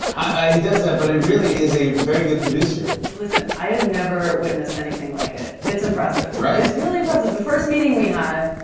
he does that, but he really is a very good producer. listen, i have never witnessed anything like it. it's impressive. right? it's really impressive. the first meeting we had,